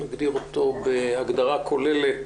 נגדיר אותו בהגדרה כוללת,